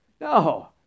No